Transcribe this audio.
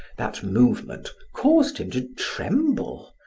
that movement caused him to tremble,